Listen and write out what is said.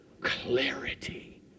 clarity